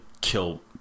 kill